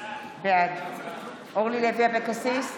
בעד אורלי לוי אבקסיס,